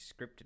scripted